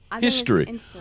History